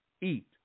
eat